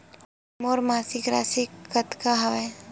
मोर मासिक राशि कतका हवय?